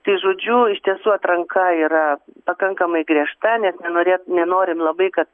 tai žodžiu iš tiesų atranka yra pakankamai griežta nes nenorėt nenorim labai kad